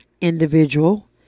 individual